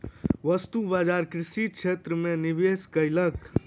वस्तु बजार कृषि क्षेत्र में निवेश कयलक